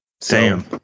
Sam